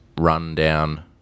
rundown